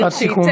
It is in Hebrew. משפט סיכום,